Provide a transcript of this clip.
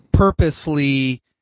purposely